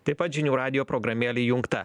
taip pat žinių radijo programėlė įjungta